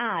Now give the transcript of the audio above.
R